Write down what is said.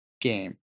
game